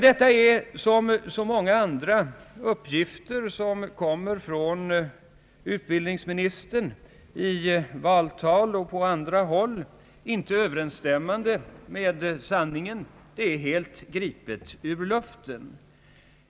Detta är, som så många andra uppgifter från utbildningsministern i valtal och på andra håll, inte överensstämmande med sanningen. Det är helt gripet ur luften.